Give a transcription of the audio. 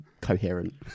Coherent